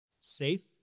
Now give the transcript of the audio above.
safe